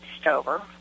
Stover